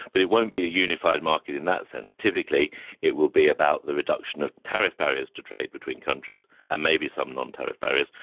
but it won't be a unified market in that sense. typically it will be about the reduction of tariff barriers to trade between countries and maybe some nontariff barriers,